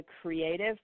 creative